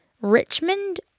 Richmond